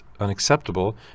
unacceptable